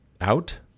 out